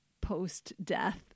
post-death